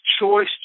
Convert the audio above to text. choice